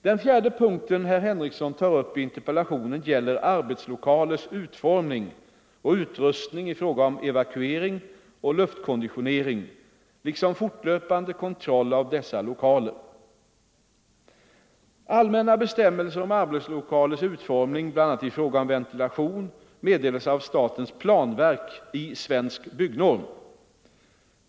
Den fjärde punkten herr Henrikson tar upp i interpellationen gäller arbetslokalers utformning och utrustning i fråga om evakuering och luftkonditionering liksom fortlöpande kontroll av dessa lokaler. Allmänna bestämmelser om arbetslokalers utformning, bl.a. i fråga om ventilation, meddelas av statens planverk i Svensk byggnorm.